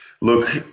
look